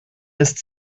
ist